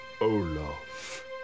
Olaf